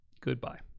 goodbye